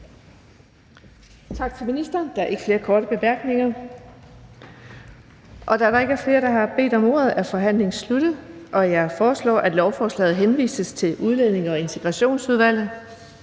Tak til ministeren. Der er ikke flere korte bemærkninger. Da der ikke er flere, der har bedt om ordet, er forhandlingen sluttet. Jeg foreslår, at lovforslaget henvises til Udlændinge- og Integrationsudvalget.